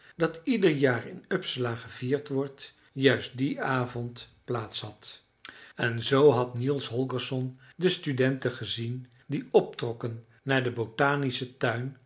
dat ieder jaar in uppsala gevierd wordt juist dien avond plaats had en zoo had niels holgersson de studenten gezien die optrokken naar den botanischen tuin